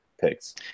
picks